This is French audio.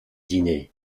dîner